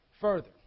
further